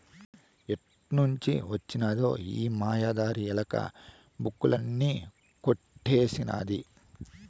ఏడ్నుంచి వొచ్చినదో ఈ మాయదారి ఎలక, బుక్కులన్నీ కొట్టేసినాది